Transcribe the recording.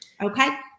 Okay